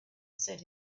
said